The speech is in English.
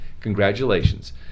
congratulations